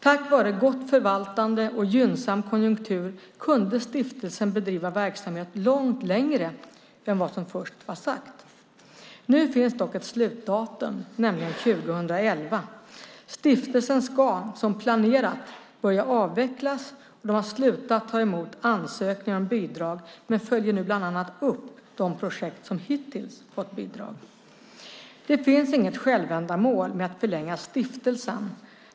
Tack vare gott förvaltande och gynnsam konjunktur kunde stiftelsen bedriva verksamhet långt längre än vad som först var sagt. Nu finns dock ett slutdatum, nämligen 2011. Stiftelsen ska, som planerat, börja avvecklas. Man har slutat ta emot ansökningar om bidrag men följer nu bland annat upp de projekt som hittills fått bidrag. Det finns inget självändamål med att förlänga stiftelsen.